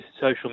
social